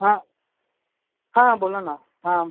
हां हां बोला ना हां